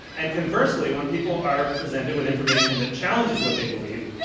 and conversely, when people are presented with information that challenges what they believed,